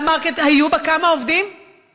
כמה עובדים היו ב"קלאב מרקט"?